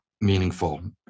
meaningful